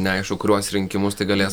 neaišku kuriuos rinkimus tai galės